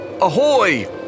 Ahoy